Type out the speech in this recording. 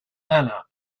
anna